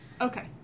Okay